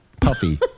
Puffy